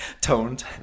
toned